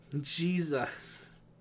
Jesus